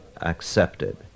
accepted